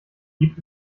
gibt